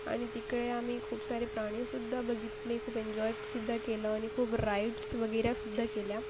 आणि तिकडे आम्ही खूप सारे प्राणीसुद्धा बघितले खूप एन्जॉयसुद्धा केलं आणि खूप राइड्स वगैरे सुद्धा केल्या